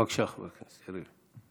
בבקשה, חבר הכנסת יריב.